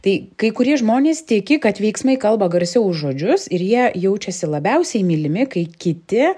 tai kai kurie žmonės tiki kad veiksmai kalba garsiau už žodžius ir jie jaučiasi labiausiai mylimi kai kiti